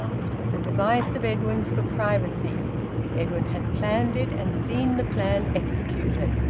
it was a device of edwin's for privacy edwin had planned it and seen the plan executed.